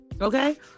Okay